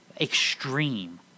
Extreme